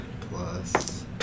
Plus